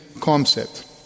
concept